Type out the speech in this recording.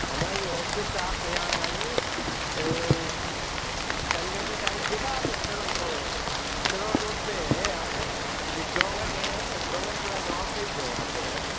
हमारी ऑफिस आप यहाँ आ जाइए सन वैली साइड देखा आप ने सर वो श्रवण रोड पर है यहाँ पर ये डोंगर के हैं डोंगरपुरा गाँव पर ही है यहाँ पर है